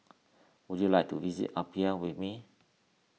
would you like to visit Apia with me